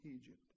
Egypt